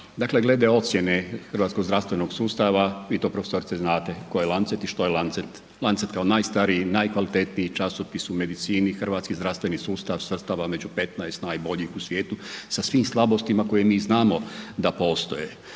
Dakle glede ocjene hrvatskog zdravstvenog sustava, vi to profesorice znate tko je Lancet i što je Lancet, Lancet kao najstariji i najkvalitetniji časopis u medicini, hrvatski zdravstveni sustav svrstava među 15 najboljih u svijetu sa svim slabostima koje mi znamo da postoje.